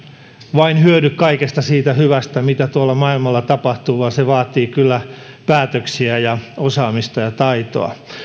vain hyödy kaikesta siitä hyvästä mitä tuolla maailmalla tapahtuu vaan se vaatii kyllä päätöksiä ja osaamista ja taitoa